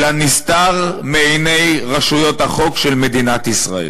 אלא נסתר מעיני רשויות החוק של מדינת ישראל.